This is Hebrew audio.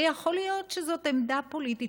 ויכול להיות שזאת עמדה פוליטית,